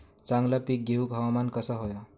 चांगला पीक येऊक हवामान कसा होया?